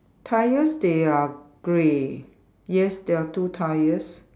tyres they are grey yes there are two tyres